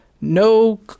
no